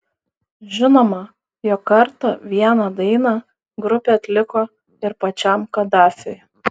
žinoma jog kartą vieną dainą grupė atliko ir pačiam kadafiui